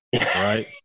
right